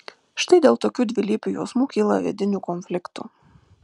štai dėl tokių dvilypių jausmų kyla vidinių konfliktų